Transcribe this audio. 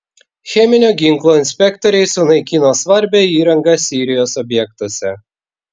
cheminio ginklo inspektoriai sunaikino svarbią įrangą sirijos objektuose